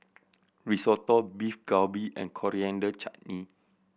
Risotto Beef Galbi and Coriander Chutney